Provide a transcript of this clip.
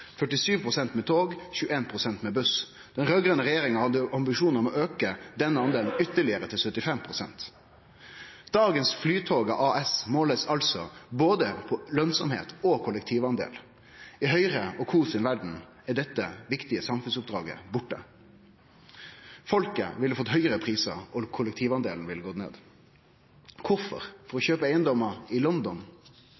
med tog og 21 pst. med buss. Den raud-grøne regjeringa hadde ambisjonar om å auke den delen ytterligare, til 75 pst. Dagens Flytoget AS blir altså målt på både lønsemd og kollektivdel. I Høgre & co. si verd er dette viktige samfunnsoppdraget borte. Folket ville fått høgare prisar, og kollektivdelen ville gått ned. Kvifor? For å